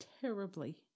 terribly